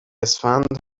اسفند